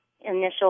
initial